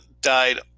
died